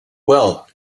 well